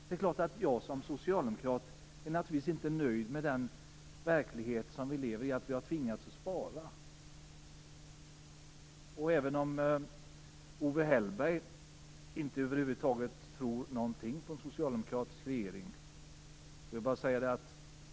Det är klart att jag som socialdemokrat inte är nöjd med den verklighet som vi lever i, dvs. att vi har tvingats att spara. Owe Hellberg tror över huvud taget inte på en socialdemokratisk regering.